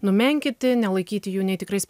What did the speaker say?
numenkinti nelaikyti jų nei tikrais